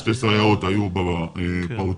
שתי סייעות היו בפעוטות